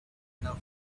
enough